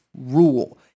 rule